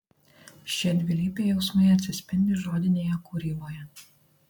šie dvilypiai jausmai atsispindi žodinėje kūryboje